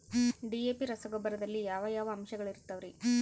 DAP ರಸಗೊಬ್ಬರದಲ್ಲಿ ಯಾವ ಯಾವ ಅಂಶಗಳಿರುತ್ತವರಿ?